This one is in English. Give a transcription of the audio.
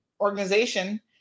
organization